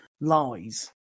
lies